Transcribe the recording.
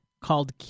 called